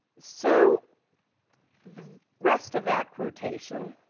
so the rest of that quotation,